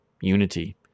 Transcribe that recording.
unity